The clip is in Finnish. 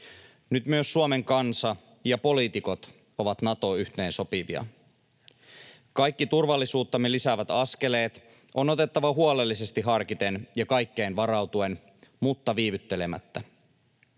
Nyt myös Suomen kansa ja poliitikot ovat Nato-yhteensopivia. Kaikki turvallisuuttamme lisäävät askeleet on otettava huolellisesti harkiten ja kaikkeen varautuen mutta viivyttelemättä.